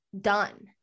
done